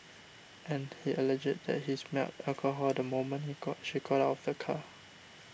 and he alleged that he smelled alcohol the moment he got she got out of the car